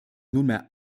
nunmehr